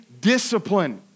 discipline